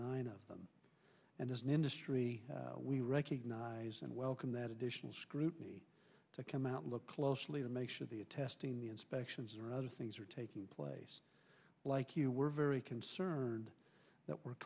nine of them and as an industry we recognize and welcome that additional scrutiny to come out look closely to make sure the testing the inspections or other things are taking place like you were very concerned that we're